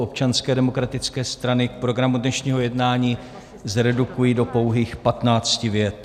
Občanské demokratické strany k programu dnešního jednání zredukuji do pouhých patnácti vět.